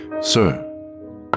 Sir